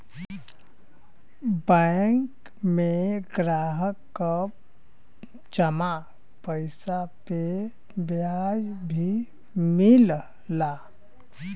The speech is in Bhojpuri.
बैंक में ग्राहक क जमा पइसा पे ब्याज भी मिलला